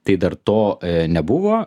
tai dar to nebuvo